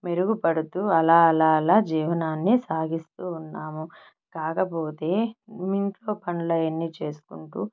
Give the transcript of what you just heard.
మెరుగుపడుతూ అలా అలా అలా జీవనాన్ని సాగిస్తూ ఉన్నాము కాకపోతే ఇంట్లో పనులవన్నీ చేసుకుంటూ